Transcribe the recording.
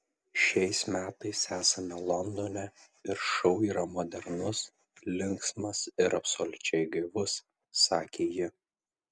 šiais metais esame londone ir šou yra modernus linksmas ir absoliučiai gaivus sakė ji